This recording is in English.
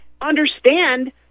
understand